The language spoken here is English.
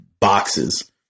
boxes